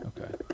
Okay